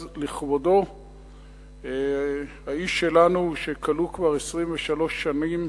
אז לכבודו של האיש שלנו שכלוא כבר 23 שנים,